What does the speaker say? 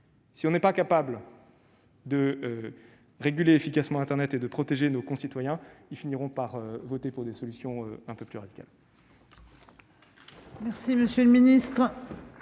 si l'on n'est pas capable de réguler efficacement internet et de protéger nos concitoyens, ces derniers finiront par opter pour des solutions plus radicales.